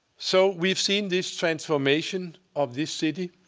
so we've seen this transformation of this city.